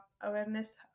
awareness